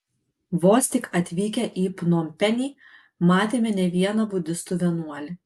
vos tik atvykę į pnompenį matėme ne vieną budistų vienuolį